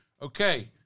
okay